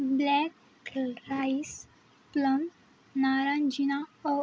black rice plum नारांजीना ओ